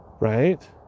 Right